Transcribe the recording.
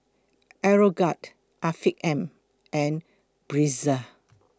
Aeroguard Afiq M and Breezer